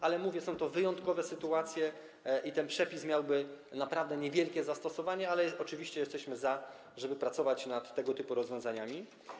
Tak jak mówię, są to wyjątkowe sytuacje i ten przepis miałby naprawdę niewielkie zastosowanie, ale oczywiście jesteśmy za, żeby pracować nad tego typu rozwiązaniami.